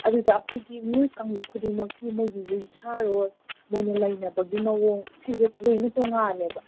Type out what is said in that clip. ꯑꯗꯨꯗ ꯑꯩꯈꯣꯏꯒꯤ ꯃꯤꯑꯣꯏ ꯀꯥꯡꯂꯨꯞ ꯈꯨꯗꯤꯡꯃꯛꯀꯤ ꯃꯣꯏꯒꯤ ꯌꯨꯝꯁꯥꯔꯣꯜ ꯃꯣꯏꯅ ꯂꯩꯅꯕꯒꯤ ꯃꯑꯣꯡ ꯁꯤꯁꯦ ꯂꯣꯏꯅ ꯇꯣꯉꯥꯜꯂꯦꯕ